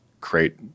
create